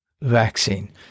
vaccine